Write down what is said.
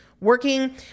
working